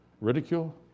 Ridicule